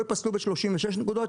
שלא ייפסלו ב-36 נקודות,